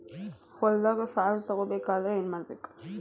ಹೊಲದ ಸಾಲ ತಗೋಬೇಕಾದ್ರೆ ಏನ್ಮಾಡಬೇಕು?